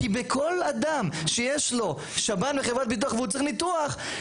כי בכל אדם שיש לו שב"ן וחברת ביטוח והוא צריך ניתוח,